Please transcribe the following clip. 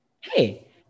Hey